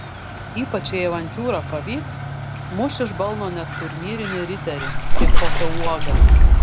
ypač jei avantiūra pavyks muš iš balno net turnyrinį riterį kaip kokią uogą